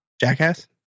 Jackass